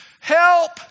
help